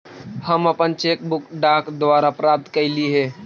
हम अपन cheque book डाक द्वारा प्राप्त कईली हे